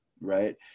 right